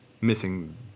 missing